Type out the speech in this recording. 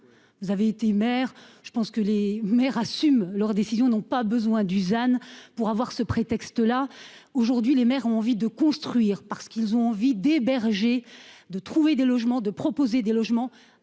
Vous avez été maire. Je pense que les maires assument leur décision n'ont pas besoin Dusan pour avoir ce prétexte là, aujourd'hui, les maires ont envie de construire parce qu'ils ont envie d'héberger de trouver des logements de proposer des logements